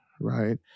right